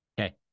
Okay